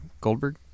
Goldberg